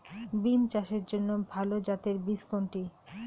বিম চাষের জন্য ভালো জাতের বীজ কোনটি?